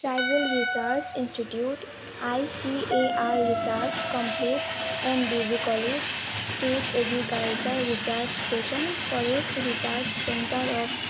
tribal research institute I C A research complex M B B college state agriculture research station forest research centre of